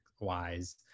wise